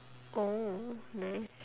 oh nah